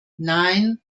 nein